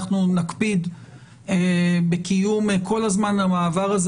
אנחנו נקפיד בקיום כל זמן על המעבר הזה